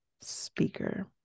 speaker